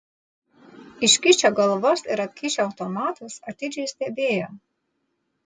iškišę galvas ir atkišę automatus atidžiai stebėjo